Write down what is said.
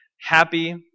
happy